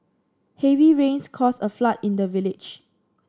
heavy rains caused a flood in the village